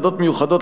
ועדות מיוחדות,